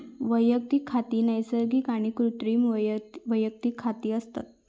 वैयक्तिक खाती नैसर्गिक आणि कृत्रिम वैयक्तिक खाती असत